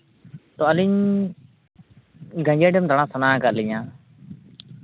ᱛᱳ ᱟᱹᱞᱤᱧ ᱪᱟᱱᱰᱮᱞ ᱰᱮᱢ ᱫᱟᱬᱟ ᱥᱟᱱᱟ ᱟᱠᱟᱫ ᱞᱤᱧᱟᱹ